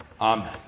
Amen